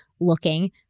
looking